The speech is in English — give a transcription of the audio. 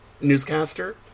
newscaster